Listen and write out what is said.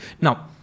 Now